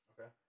Okay